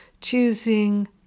choosing